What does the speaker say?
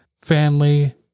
family